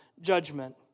judgment